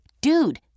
dude